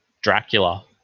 Dracula